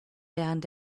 während